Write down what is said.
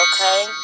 okay